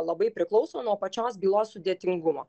labai priklauso nuo pačios bylos sudėtingumo